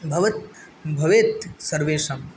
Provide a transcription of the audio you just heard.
भवत् भवेत् सर्वेषां